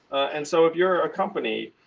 and so if you're a company,